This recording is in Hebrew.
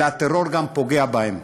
אלא הטרור גם פוגע בהם.